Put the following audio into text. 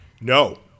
no